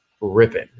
ripping